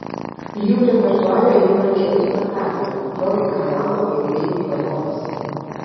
jų repertuare jau yra keli spektakliai broliai karamazovai bei ivanovas